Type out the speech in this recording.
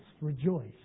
rejoice